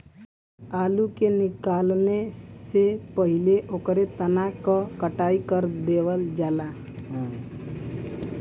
आलू के निकाले से पहिले ओकरे तना क कटाई कर देवल जाला